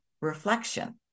reflection